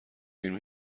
فیلم